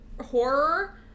Horror